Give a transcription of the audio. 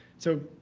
so,